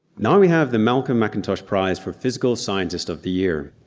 now we have the malcolm mcintosh prize for physical scientist of the year.